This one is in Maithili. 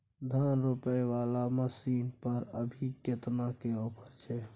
धान रोपय वाला मसीन पर अभी केतना के ऑफर छै?